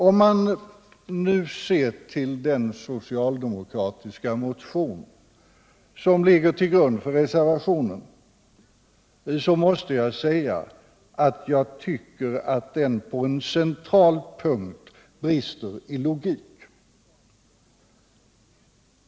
Om man nu ser till den socialdemokratiska motion som ligger till grund för reservationen, så måste jag säga att jag tycker att den på en central punkt brister i logik.